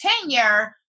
tenure